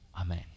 Amen